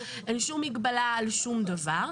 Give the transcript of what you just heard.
אין שום מגבלה על שום דבר.